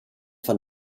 von